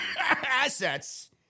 assets